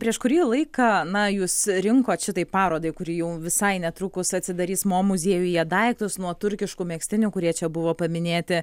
prieš kurį laiką na jūs rinkot šitai parodai kuri jau visai netrukus atsidarys mo muziejuje daiktus nuo turkiškų megztinių kurie čia buvo paminėti